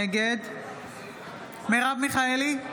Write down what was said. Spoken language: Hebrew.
נגד מרב מיכאלי,